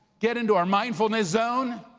get into our mindfulness zone,